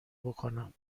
بکنم